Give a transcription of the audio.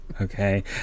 Okay